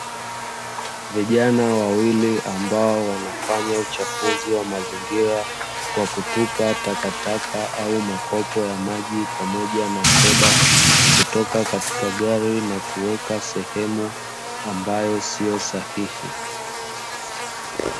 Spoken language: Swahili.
Vijana wawili ambao wanafanya uchafuzi wa mazingira kwa kutupa takataka au makopo ya maji pamoja na soda kutoka katika gari na kuweka katika sehemu ambayo sio sahihi.